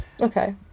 Okay